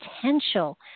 potential